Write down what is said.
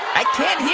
i can't hear